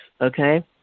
okay